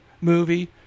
movie